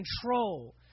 control